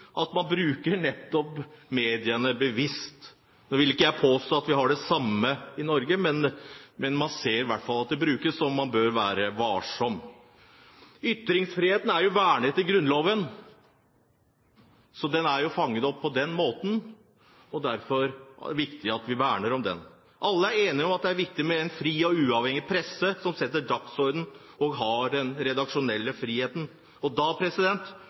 at man bruker nettopp mediene bevisst. Nå vil ikke jeg påstå at vi gjør det samme i Norge, men man ser i hvert fall at de brukes, og man bør være varsom. Ytringsfriheten er jo vernet i Grunnloven – den er fanget opp på den måten. Det er viktig at vi verner om den. Alle er enige om at det er viktig med en fri og uavhengig presse som setter dagsordenen og har den redaksjonelle friheten. Da